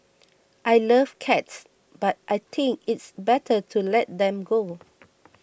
I love cats but I think it's better to let them go